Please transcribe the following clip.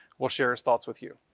will share his thoughts with you.